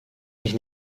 mich